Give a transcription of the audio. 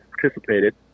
participated